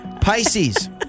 Pisces